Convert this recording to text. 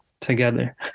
together